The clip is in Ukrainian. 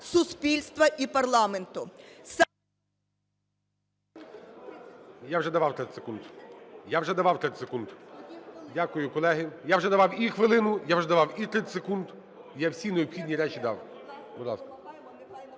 суспільства і парламенту…